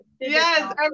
Yes